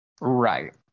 right